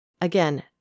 Again